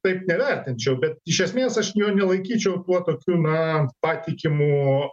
taip nevertinčiau bet iš esmės aš jo nelaikyčiau tuo tokiu na patikimu